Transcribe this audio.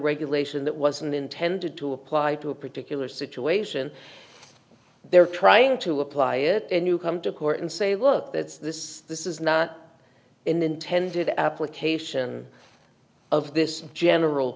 regulation that wasn't intended to apply to a particular situation they're trying to apply it and you come to court and say look that's this this is not intended application of this general